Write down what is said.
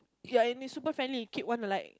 ya and he's super friendly keep wanna like